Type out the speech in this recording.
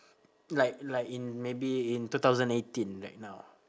like like in maybe in two thousand eighteen like now